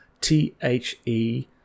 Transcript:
T-H-E